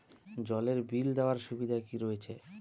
জলের বিল দেওয়ার সুবিধা কি রয়েছে?